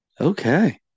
Okay